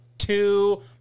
Two